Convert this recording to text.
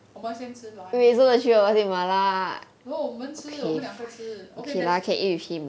我们先吃 lunch no 我们吃我们两个吃 okay that's